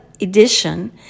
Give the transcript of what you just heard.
Edition